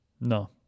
no